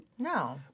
No